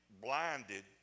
blinded